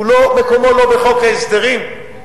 מקומו לא בחוק ההסדרים.